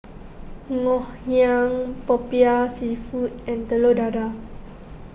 Ngoh Hiang Popiah Seafood and Telur Dadah